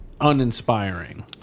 uninspiring